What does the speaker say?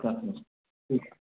ठीकु आहे